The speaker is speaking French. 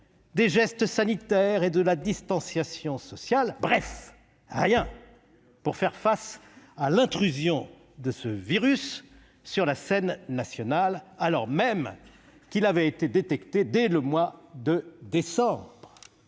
des gestes sanitaires et des mesures de distanciation sociale. Bref, nous n'avions rien pour faire face à l'intrusion de ce virus sur la scène nationale, alors même qu'il avait été détecté dès le mois de décembre.